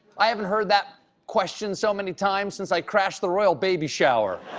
i haven't heard that question so many times since i crashed the royal baby shower.